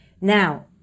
Now